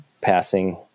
passing